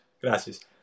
Gracias